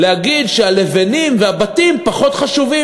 להגיד שהלבנים והבתים פחות חשובים